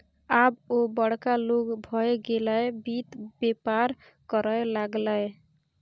आब ओ बड़का लोग भए गेलै वित्त बेपार करय लागलै